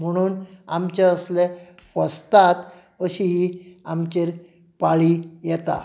म्हणून आमचे असले फसतात अशी ही आमचेर पाळी येता